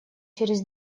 через